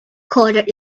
coded